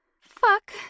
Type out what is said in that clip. Fuck